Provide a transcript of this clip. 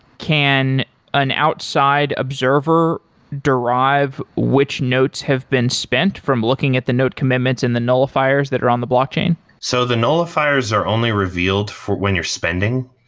can an outside observer derive which notes have been spent from looking at the note commitments and the nullifiers that are around the blockchain? so the nullifiers are only revealed when you're spending,